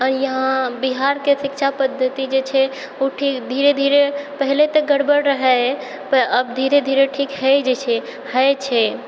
आओर इहाँ बिहारके शिक्षा पद्यति जे छै उ ठीक धीरे धीरे पहिले तऽ गड़बड़ रहै पर आब धीरे धीरे ठीक हय जाइ छै हय छै